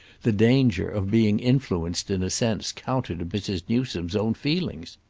the danger, of being influenced in a sense counter to mrs. newsome's own feelings.